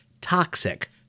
toxic